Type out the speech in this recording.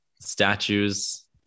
statues